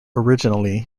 originally